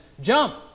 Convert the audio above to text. jump